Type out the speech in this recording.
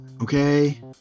okay